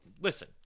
listen